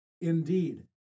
Indeed